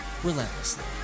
relentlessly